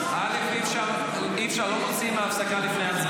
--- אי-אפשר, לא מוציאים להפסקה לפני הצבעה.